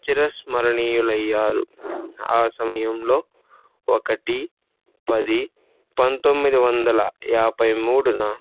చిరస్మరణీయులయ్యారు ఆ సమయంలో ఒకటి పది పంతొమ్మిది వందల యాభై మూడున